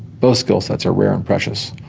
both skillsets are rare and precious,